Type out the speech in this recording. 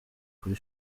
kuri